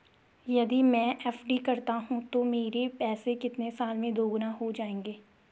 यदि मैं एफ.डी करता हूँ तो मेरे पैसे कितने साल में दोगुना हो जाएँगे?